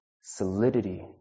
solidity